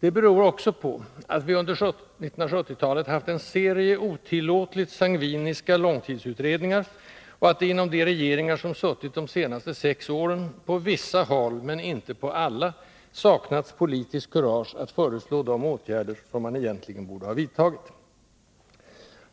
Det beror också på att vi under 1970-talet haft en serie otillåtligt sangviniska långtidsutredningar och att det inom de regeringar som suttit de senaste sex åren på vissa håll — men inte på alla — saknats politiskt kurage att föreslå de åtgärder som man egentligen borde ha vidtagit.